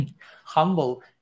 humble